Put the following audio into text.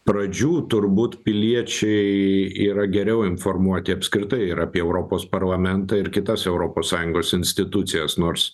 pradžių turbūt piliečiai yra geriau informuoti apskritai ir apie europos parlamentą ir kitas europos sąjungos institucijas nors